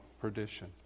perdition